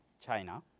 China